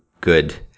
good